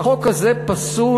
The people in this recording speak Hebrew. החוק הזה פסול,